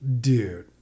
Dude